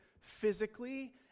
physically